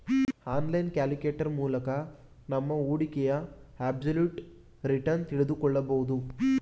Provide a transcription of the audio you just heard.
online calculator ಮೂಲಕ ನಮ್ಮ ಹೂಡಿಕೆಯ ಅಬ್ಸಲ್ಯೂಟ್ ರಿಟರ್ನ್ ತಿಳಿದುಕೊಳ್ಳಬಹುದು